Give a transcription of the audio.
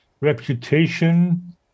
reputation